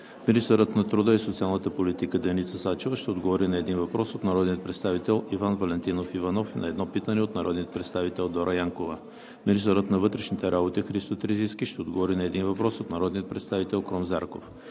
Министърът на труда и социалната политика Деница Сачева ще отговори на един въпрос от народния представител Иван Валентинов Иванов; и на едно питане от народния представител Дора Янкова. 2. Министърът на вътрешните работи Христо Терзийски ще отговори на един въпрос от народния представител Крум Зарков.